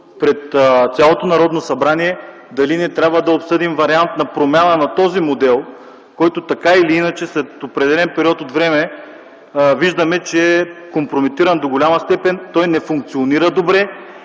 може би стои въпросът дали не трябва да обсъдим вариант на промяна на този модел, който така или иначе след определен период от време виждаме, че е компрометиран до голяма степен, той не функционира добре.